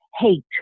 hate